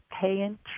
paying